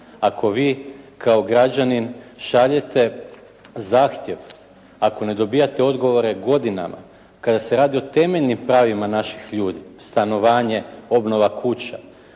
Ako vi kao građanin šaljete zahtjev, ako ne dobivate odgovore godinama kada se radi o temeljnim pravima naših ljudi; stanovanje, obnova kuća.